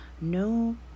No